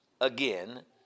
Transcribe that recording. again